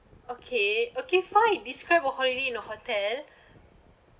okay okay fine describe a holiday in a hotel